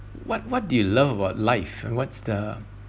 what what do you love about life and what's the